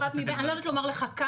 אני לא יודעת לומר כמה,